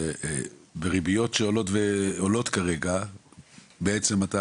בריביות שעולות כרגע בעצם אתה